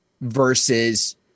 versus